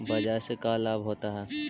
बाजार से का लाभ होता है?